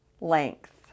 length